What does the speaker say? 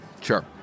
Sure